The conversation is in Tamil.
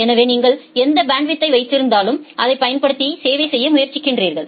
எனவே நீங்கள் எந்த பேண்ட்வித்தை வைத்திருந்தாலும் அதைப் பயன்படுத்தி சேவை செய்ய முயற்சிக்கிறீர்கள்